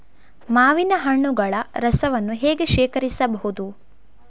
ಮಾವಿನ ಹಣ್ಣುಗಳ ರಸವನ್ನು ಹೇಗೆ ಶೇಖರಿಸಬಹುದು?